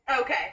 Okay